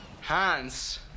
Hans